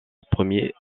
premier